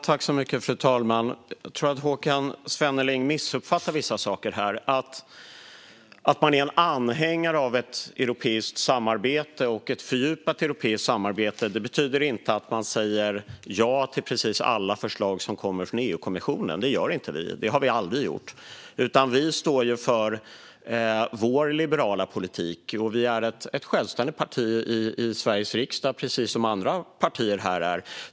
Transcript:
Fru talman! Jag tror att Håkan Svenneling missuppfattar vissa saker här. Att man är anhängare av ett fördjupat europeiskt samarbete betyder inte att man säger ja till precis alla förslag som kommer från EU-kommissionen. Det gör vi inte. Det har vi aldrig gjort, utan vi står för vår liberala politik. Vi är ett självständigt parti i Sveriges riksdag, precis som andra partier här.